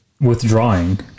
withdrawing